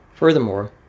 Furthermore